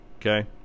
Okay